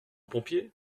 pompier